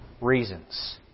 reasons